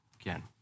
Again